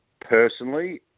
Personally